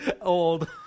Old